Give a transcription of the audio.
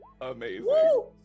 amazing